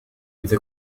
إذا